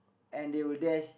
and they will dash